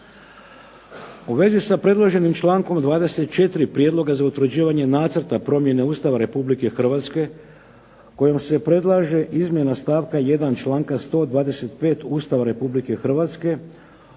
U vezi sa predloženim člankom 24. prijedloga za utvrđivanje nacrta promjene Ustava Republike Hrvatske kojom se predlaže izmjena stavka 1. članka 125. Ustava Republike Hrvatske,